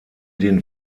den